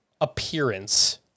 appearance